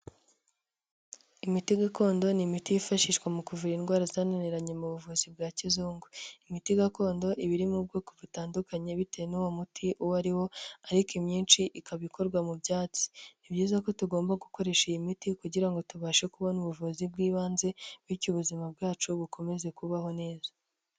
Imiti gakondo ni imiti yifashishwa mu kuvura indwara zananiranye mu buvuzi bwa kizungu, imiti gakondo iba iri mu bwoko butandukanye bitewe n'uwo muti uwo ari wo, ariko imyinshi ikaba ikorwa mu byatsi, ni byiza ko tugomba gukoresha iyi miti kugira ngo tubashe kubona ubuvuzi bw'ibanze bityo ubuzima bwacu bukomeze kubaho neza.